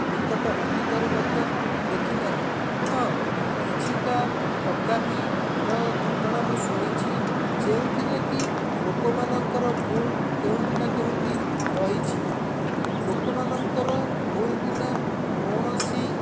ନିକଟ ଅତୀତରେ ମଧ୍ୟ ଦେଖିନାହିଁ ହଁ କିଛିଟା ଠକାମିର ଘଟଣା ମୁଁ ଶୁଣିଛି ଯେଉଁଥିରେକି ଲୋକମାନଙ୍କର ଭୁଲ୍ କେଉଁଠି ନା କେଉଁଠି ରହିଛି ଲୋକମାନଙ୍କର ଭୁଲ୍ ବିନା କୌଣସି